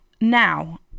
now